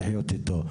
לחיות איתו.